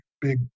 big